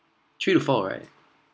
three to four right